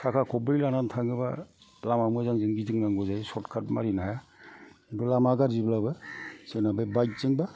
साखा खब्रै लाना थाङोबा लामा मोजांजों गिदिंनांगौ जायो सर्थ काट मारिनो हाया खिनथु लामा गाज्रिब्लाबो जों ना बे बाइकजोंबा